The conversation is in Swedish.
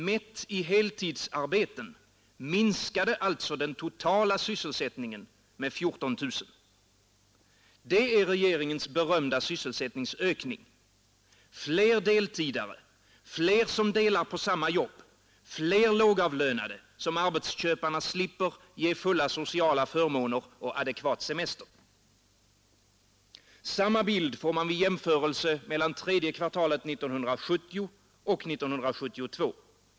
Mätt i heltidsarbeten minskade alltså den totala sysselsättningen med 14 000. Det är regeringens berömda sysselsättningsökning: fler deltidare, fler som delar på samma jobb, fler lågavlönade, som arbetsköparna slipper ge fulla sociala förmåner och adekvat semester. Samma bild får man vid jämförelse mellan tredje kvartalet 1970 och tredje kvartalet 1972.